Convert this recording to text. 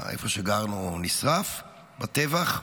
איפה שגרנו נשרף בטבח.